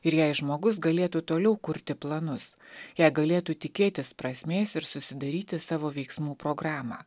ir jei žmogus galėtų toliau kurti planus jei galėtų tikėtis prasmės ir susidaryti savo veiksmų programą